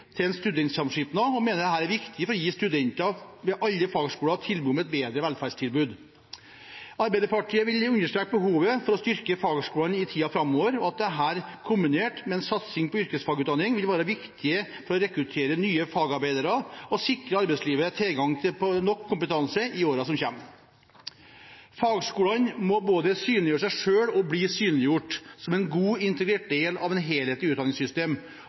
til en studentsamskipnad, og mener dette er viktig for å gi studenter ved alle fagskolene tilbud om et bedre velferdstilbud. Arbeiderpartiet vil understreke behovet for å styrke fagskolene i tiden framover, og at dette, kombinert med en satsing på yrkesfagutdanning, vil være viktig for å rekruttere nye fagarbeidere og sikre arbeidslivet tilgang på nok kompetanse i årene som kommer. Fagskolene må både synliggjøre seg selv og bli synliggjort som en god, integrert del av et helhetlig utdanningssystem